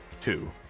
two